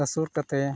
ᱦᱟᱹᱥᱩᱨ ᱠᱟᱛᱮ